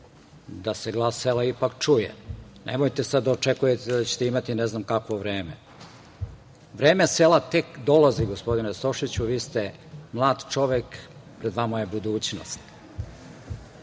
da se glas sela ipak čuje. Nemojte sad da očekujete da ćete imati ne znam kakvo vreme. Vreme sela tek dolazi, gospodine Stošiću. Vi ste mlad čovek. Pred vama je budućnost. Ali,